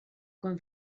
quan